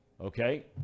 okay